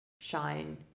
shine